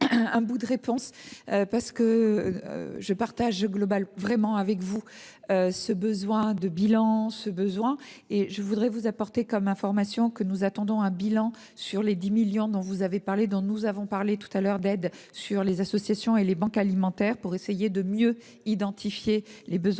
un bout de réponse parce que je partage global vraiment avec vous. Ce besoin de bilan ce besoin et je voudrais vous apportez comme information que nous attendons un bilan sur les 10 millions dont vous avez parlé, dont nous avons parlé tout à l'heure d'aide sur les associations et les banques alimentaires pour essayer de mieux identifier les besoins